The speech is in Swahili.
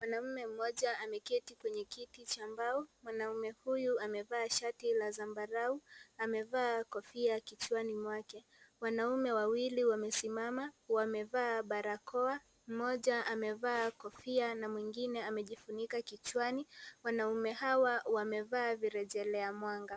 Mwanamme mmoja ameketi kwenye kiti cha mbao. Mwanamume huyu amevaa shati la zambarau. Amevaa kofia kichwani mwake. Wanaume wawili wamesimama. Wamevaa barakoa. Mmoja amevaa kofia na mwingine amejifunika kichwani. Wanamume hawa wamevaa virejelea mwanga.